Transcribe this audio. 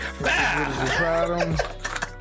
Bad